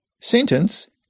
sentence